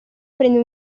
prende